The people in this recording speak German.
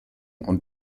und